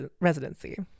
residency